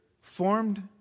formed